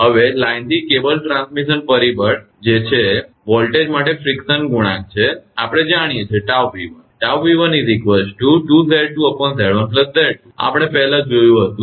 હવે લાઇનથી cable transmission પરિબળ છે જે વોલ્ટેજ માટે રીફ્રેક્શન ગુણાંક છે આપણે જાણીએ છીએ આ આપણે પહેલાં જોયું હતું